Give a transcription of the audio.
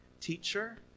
teacher